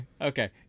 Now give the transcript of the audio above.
okay